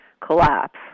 collapse